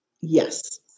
Yes